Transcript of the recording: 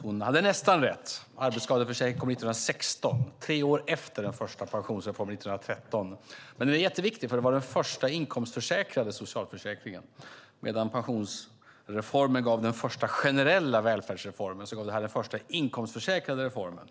Hon hade nästan rätt: Arbetsskadeförsäkringen kom 1916, tre år efter den första pensionsreformen 1913. Den är jätteviktig, för den var den första inkomstförsäkrande socialförsäkringen. Medan pensionsreformen gav den första generella välfärdsreformen gav detta den första inkomstförsäkrade reformen.